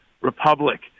republic